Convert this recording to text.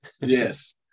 Yes